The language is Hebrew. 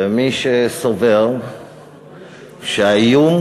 ומי שסובר שהאיום